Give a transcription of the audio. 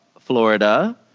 Florida